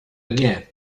again